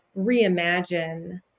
reimagine